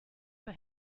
but